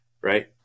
right